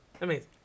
Amazing